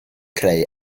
creu